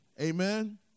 Amen